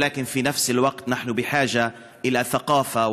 אבל בה בעת אנו זקוקים לתרבות,